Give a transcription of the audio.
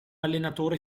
allenatore